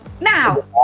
Now